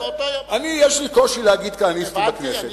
יש לי קושי להגיד כהניסטים בכנסת.